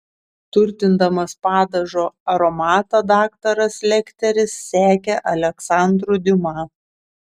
turtindamas padažo aromatą daktaras lekteris sekė aleksandru diuma